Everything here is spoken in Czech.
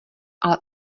ale